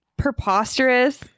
preposterous